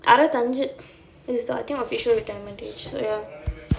அறுவத்தி அஞ்சு:aruvathi anju is the I think official retirement age